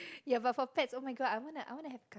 ya but for pet oh-my-god I wanna I wanna have